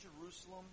Jerusalem